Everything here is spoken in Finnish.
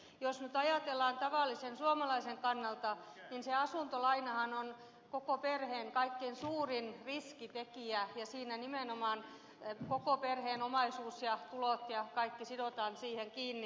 jos nyt ajatellaan tavallisen suomalaisen kannalta niin se asuntolainahan on koko perheen kaikkein suurin riskitekijä ja siinä nimenomaan koko perheen omaisuus ja tulot ja kaikki sidotaan siihen kiinni